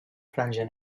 franja